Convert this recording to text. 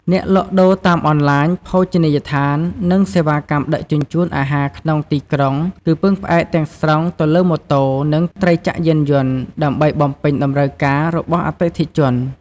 អ្នកលក់ដូរតាមអនឡាញ ភោជនីយដ្ឋាន និងសេវាកម្មដឹកជញ្ជូនអាហារក្នុងទីក្រុងគឺពឹងផ្អែកទាំងស្រុងទៅលើម៉ូតូនិងត្រីចក្រយានយន្តដើម្បីបំពេញតម្រូវការរបស់អតិថិជន។